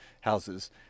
houses